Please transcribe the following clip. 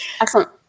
excellent